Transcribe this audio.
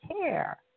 care